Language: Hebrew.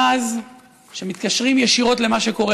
על פי התקנון אסור לדבר בכנסת.